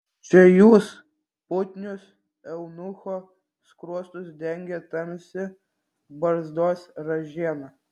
čia jūs putnius eunucho skruostus dengė tamsi barzdos ražiena